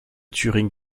turing